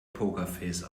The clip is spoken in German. pokerface